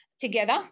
together